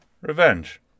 Revenge